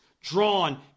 drawn